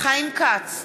חיים כץ,